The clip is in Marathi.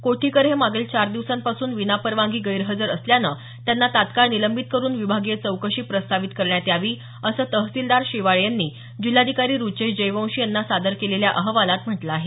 कोठीकर हे मागील चार दिवसांपासून विनापरवानगी गैरहजर असल्यानं त्यांना तत्काळ निलंबित करून विभागीय चौकशी प्रस्तावित करण्यात यावी असं तहसीलदार शेवाळे यांनी जिल्हाधिकारी रुचेश जयवंशी यांना सादर केलेल्या अहवालात म्हटलं आहे